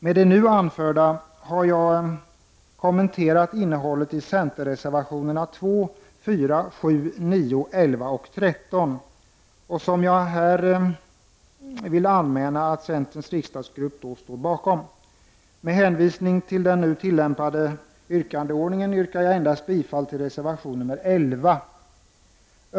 Med det nu anförda har jag kommenterat innehållet i centerreservationerna 2, 4, 7, 9, 11 och 13 och som jag här vill anmäla att centerns riksdagsgrupp står bakom. Med hänvisning till den nu tillämpade yrkandeordningen yrkar jag endast bifall till reservation nr 11.